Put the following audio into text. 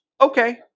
okay